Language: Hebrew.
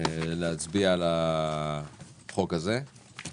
להצביע על החוק הזה.